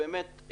באמת,